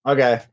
Okay